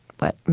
what,